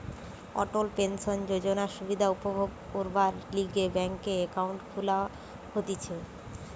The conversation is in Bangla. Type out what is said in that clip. অটল পেনশন যোজনার সুবিধা উপভোগ করবার লিগে ব্যাংকে একাউন্ট খুলা হতিছে